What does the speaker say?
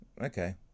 Okay